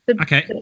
Okay